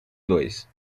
dois